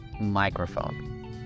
microphone